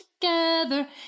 together